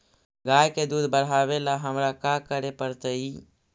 गाय के दुध बढ़ावेला हमरा का करे पड़तई?